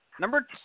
Number